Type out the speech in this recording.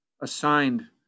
assigned